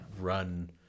run